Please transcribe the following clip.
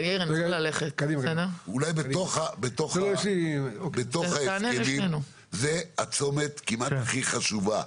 בתוך ההסכמים זה הצומת כמעט חשוב.